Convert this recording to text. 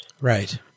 Right